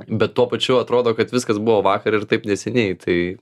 bet tuo pačiu atrodo kad viskas buvo vakar ir taip neseniai tai